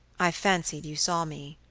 i fancied you saw me.